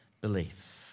Belief